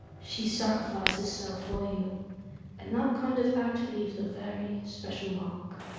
she sacrificed herself for you and that kind of act leaves a very special mark.